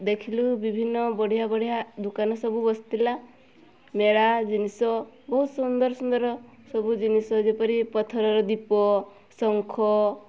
ଦେଖିଲୁ ବିଭିନ୍ନ ବଢ଼ିଆ ବଢ଼ିଆ ଦୋକାନ ସବୁ ବସିଥିଲା ମେଳା ଜିନିଷ ବହୁତ ସୁନ୍ଦର ସୁନ୍ଦର ସବୁ ଜିନିଷ ଯେପରି ପଥରର ଦୀପ ଶଙ୍ଖ